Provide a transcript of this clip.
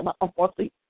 Unfortunately